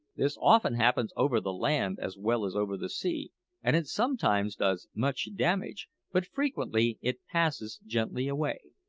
this often happens over the land as well as over the sea and it sometimes does much damage, but frequently it passes gently away.